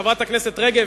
חברת הכנסת רגב,